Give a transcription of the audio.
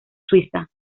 suiza